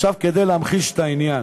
עכשיו, כדי להמחיש את העניין,